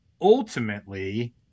ultimately